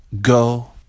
Go